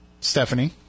Stephanie